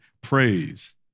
praise